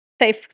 safe